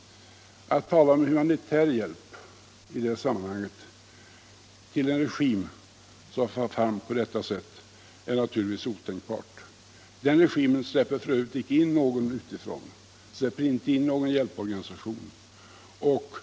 Att tala om humanitär hjälp till en regim som far fram på detta sätt är naturligtvis otänkbart. Den regimen släpper f. ö. icke in någon utifrån, inte heller någon hjälporganisation.